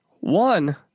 One